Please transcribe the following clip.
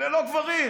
ללא גברים.